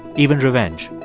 even revenge